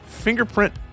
fingerprint